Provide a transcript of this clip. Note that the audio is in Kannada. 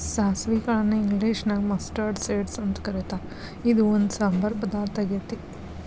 ಸಾಸವಿ ಕಾಳನ್ನ ಇಂಗ್ಲೇಷನ್ಯಾಗ ಮಸ್ಟರ್ಡ್ ಸೇಡ್ಸ್ ಅಂತ ಕರೇತಾರ, ಇದು ಒಂದ್ ಸಾಂಬಾರ್ ಪದಾರ್ಥ ಆಗೇತಿ